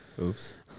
Oops